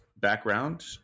background